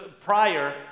prior